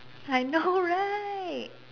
I know right